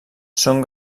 són